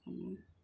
माने